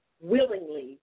willingly